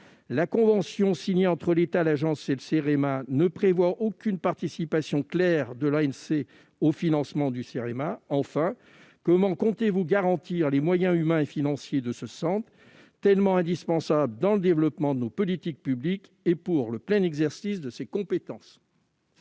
La convention signée entre l'État, l'agence et le Cerema ne prévoit aucune participation claire de l'ANCT au financement du Cerema. Enfin, comment comptez-vous garantir les moyens humains et financiers de ce centre tellement indispensable pour le développement de nos politiques publiques et pour le plein exercice de ces compétences ?